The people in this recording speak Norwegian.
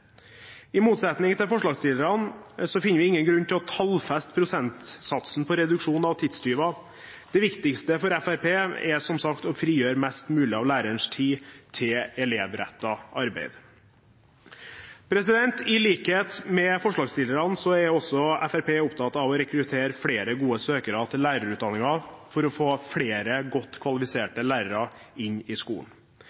I motsetning til forslagsstillerne finner vi ingen grunn til å tallfeste prosentsatsen på reduksjon av tidstyver. Det viktigste for Fremskrittspartiet er som sagt å frigjøre mest mulig av lærerens tid til elevrettet arbeid. I likhet med forslagsstillerne er også Fremskrittspartiet opptatt av å rekruttere flere gode søkere til lærerutdanningen for å få flere godt kvalifiserte lærere inn i skolen.